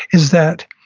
is that